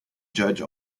judge